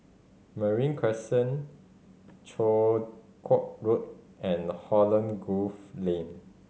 Marine Crescent Chong Kuo Road and Holland Grove Lane